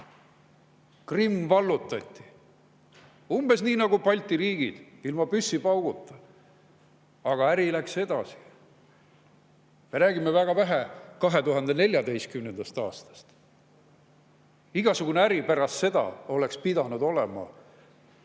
Krimm vallutati umbes nii nagu Balti riigid, ilma püssipauguta. Aga äri läks edasi. Me räägime väga vähe 2014. aastast. Igasugune äri pärast seda oleks pidanud olema